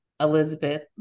Elizabeth